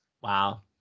Wow